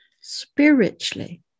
spiritually